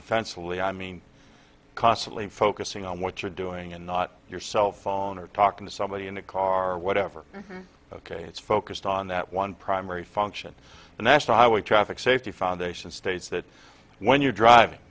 defensively i mean constantly focusing on what you're doing and not your cell phone or talking to somebody in a car or whatever ok it's focused on that one primary function the national highway traffic safety foundation states that when you're driving